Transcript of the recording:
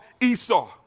Esau